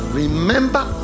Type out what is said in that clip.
remember